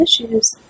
issues